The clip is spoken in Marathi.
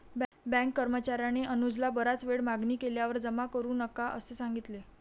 बँक कर्मचार्याने अनुजला बराच वेळ मागणी केल्यावर जमा करू नका असे सांगितले